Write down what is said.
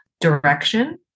direction